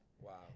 Wow